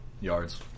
yards